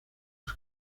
los